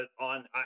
on